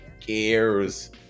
cares